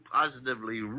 positively